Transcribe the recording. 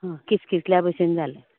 हां किसकिसल्या बशीन जालें